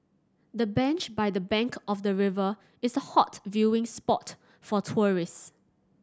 the bench by the bank of the river is a hot viewing spot for tourist